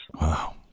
wow